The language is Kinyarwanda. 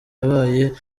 yabaye